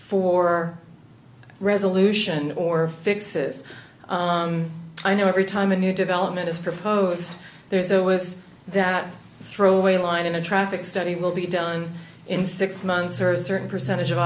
for resolution or fixes i know every time a new development is proposed there's so was that throwaway line in a traffic study will be done in six months or a certain percentage of